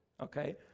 okay